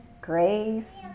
grace